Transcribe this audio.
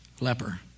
leper